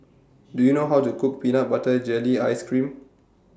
Do YOU know How to Cook Peanut Butter Jelly Ice Cream